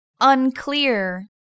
unclear